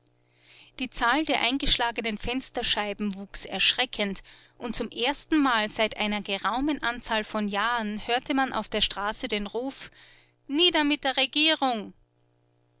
die zahl der eingeschlagenen fensterscheiben wuchs erschreckend und zum erstenmal seit einer geraumen anzahl von jahren hörte man auf der straße den ruf nieder mit der regierung